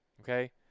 Okay